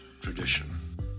tradition